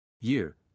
Year